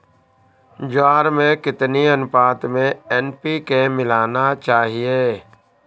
ज्वार में कितनी अनुपात में एन.पी.के मिलाना चाहिए?